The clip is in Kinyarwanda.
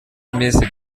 iminsi